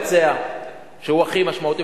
שהוא הכי משמעותי,